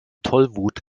tollwut